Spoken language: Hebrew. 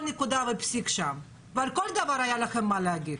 נקודה ופסיק שם ועל כל דבר היה לכם מה להגיד,